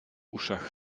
uszach